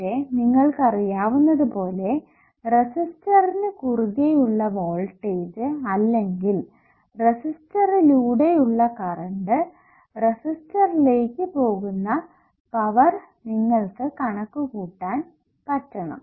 പക്ഷെ നിങ്ങൾക്ക് അറിയാവുന്ന പോലെ റെസിസ്റ്ററിനു കുറുകെ ഉള്ള വോൾടേജ് അല്ലെങ്കിൽ റെസിസ്റ്ററിലൂടെ ഉള്ള കറണ്ട് റെസിസ്റ്ററിലേക്ക് പോകുന്ന പവർ നിങ്ങൾക്ക് കണക്കു കൂട്ടാൻ പറ്റണം